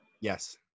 Yes